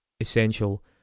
essential